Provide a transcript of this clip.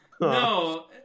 No